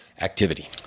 activity